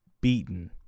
beaten